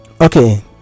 okay